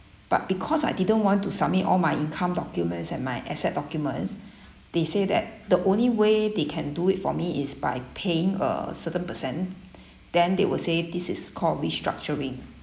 but because I didn't want to submit all my income documents and my asset documents they say that the only way they can do it for me is by paying a certain percent then they will say this is called restructuring